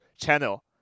channel